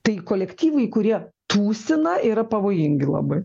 tai kolektyvai kurie tūsina yra pavojingi labai